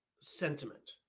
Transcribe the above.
sentiment